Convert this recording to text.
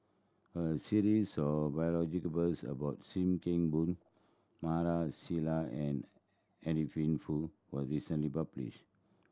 a series of about Sim Kee Boon Maarof Salleh and Adeline Foo was recently published